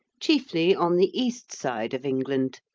chiefly on the east side of england,